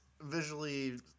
visually